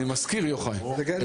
איתור,